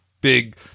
big